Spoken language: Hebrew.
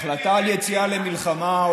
החלטה על יציאה למלחמה,